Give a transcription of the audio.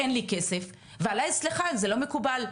זה משהו שאולי צריך לדון בו,